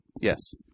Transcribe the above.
Yes